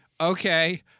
okay